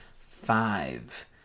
five